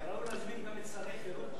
ראוי להזמין גם את שרי חרות.